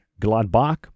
Gladbach